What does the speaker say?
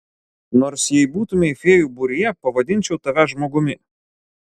nors jei būtumei fėjų būryje pavadinčiau tave žmogumi